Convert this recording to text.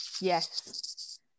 Yes